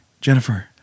jennifer